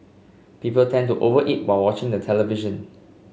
people tend to over eat while watching the television